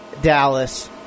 Dallas